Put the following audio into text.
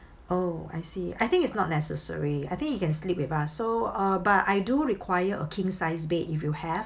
oh I see I think it's not necessary I think he can sleep with us so uh but I do require a king sized bed if you have